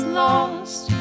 lost